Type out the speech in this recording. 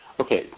Okay